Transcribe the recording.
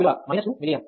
ఇక్కడ I 2 విలువ 2 mA